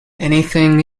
anything